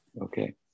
Okay